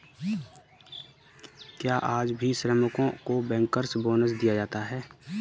क्या आज भी श्रमिकों को बैंकर्स बोनस दिया जाता है?